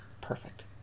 Perfect